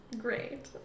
great